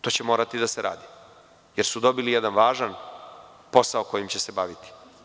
Tu će morati da se radi, jer su dobili jedan važan posao kojim će se baviti.